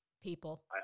People